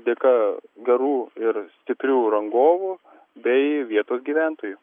dėka gerų ir stiprių rangovų bei vietos gyventojų